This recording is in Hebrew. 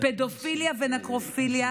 פדופיליה ונקרופיליה